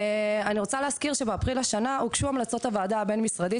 אני רוצה להזכיר שבאפריל השנה הוגשו המלצות הוועדה הבין-משרדית,